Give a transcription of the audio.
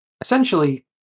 Essentially